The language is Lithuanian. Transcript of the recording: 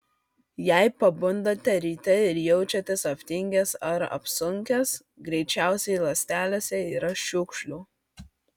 jei pabundate ryte ir jaučiatės aptingęs ar apsunkęs greičiausiai ląstelėse yra šiukšlių